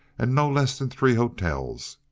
and no less than three hotels.